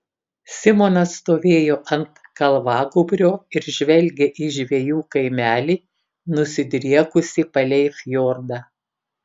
simonas stovėjo ant kalvagūbrio ir žvelgė į žvejų kaimelį nusidriekusį palei fjordą